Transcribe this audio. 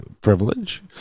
privilege